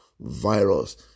virus